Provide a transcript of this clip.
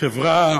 חברה